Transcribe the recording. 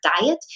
diet